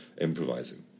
improvising